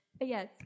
Yes